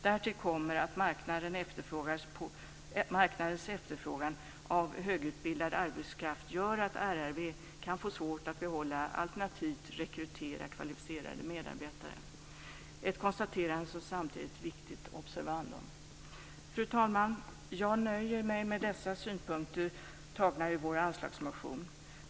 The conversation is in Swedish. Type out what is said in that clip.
Därtill kommer att marknadens efterfrågan på högutbildad arbetskraft gör att RRV kan få svårt att behålla eller rekrytera kvalificerade medarbetare, ett konstaterande som samtidigt är ett viktigt observandum. Fru talman! Jag nöjer mig med dessa synpunkter tagna ur vår anslagsmotion.